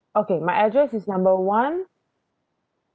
okay my address is number one